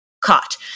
caught